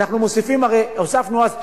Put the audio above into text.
ייתן אפשרות לעוד 150,000 ילדים לעשות.